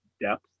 depth